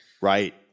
Right